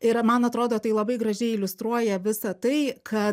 ir man atrodo tai labai gražiai iliustruoja visą tai kad